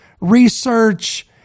research